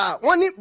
one